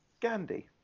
gandhi